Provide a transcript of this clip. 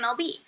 MLB